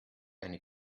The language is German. eine